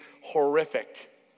horrific